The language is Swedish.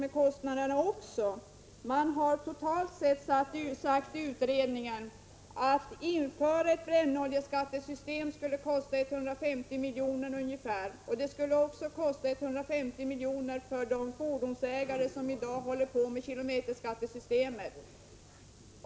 Utredningen har sagt att infördes ett brännoljeskattesystem skulle det kosta ungefär 150 milj.kr., och det skulle också kosta 150 milj.kr. för de fordonsägare som i dag håller på med kilometerskattesystemet.